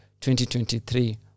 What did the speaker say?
2023